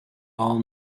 all